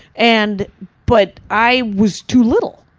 and but i was too little,